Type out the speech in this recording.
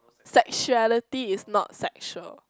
sexuality is not sexual